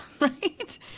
right